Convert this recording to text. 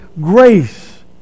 grace